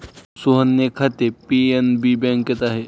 सोहनचे खाते पी.एन.बी बँकेत आहे